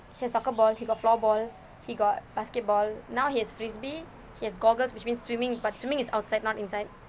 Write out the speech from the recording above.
he has soccer ball he got floorball he got basketball now he has frisbee he has goggles which means swimming but swimming is outside not inside